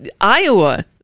Iowa